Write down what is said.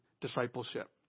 discipleship